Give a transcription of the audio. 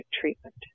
treatment